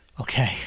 Okay